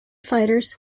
fighters